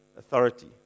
Authority